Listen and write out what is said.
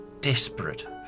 desperate